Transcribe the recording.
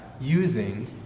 using